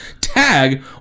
tag